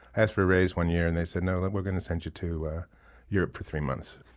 i asked for a raise one year and they said, no, we're going to send you to europe for three months.